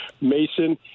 Mason